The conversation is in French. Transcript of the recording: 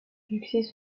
succès